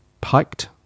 piked